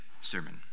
sermon